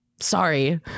Sorry